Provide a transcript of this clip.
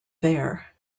there